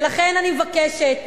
ולכן אני מבקשת,